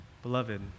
Beloved